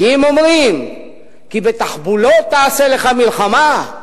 כי אם אומרים "כי בתחבולות תעשה לך מלחמה",